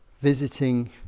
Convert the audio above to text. visiting